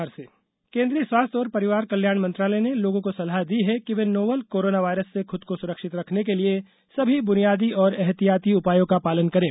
स्वास्थ्य सलाह फ़लेगशिप केन्द्रीय स्वास्थ्य और परिवार कल्याण मंत्रालय ने लोगों को सलाह दी है कि वे नोवल कोरोना वायरस से खुद को सुरक्षित रखने के लिए सभी बुनियादी और एहतियाती उपायों का पालन करें